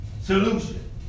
solution